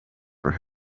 for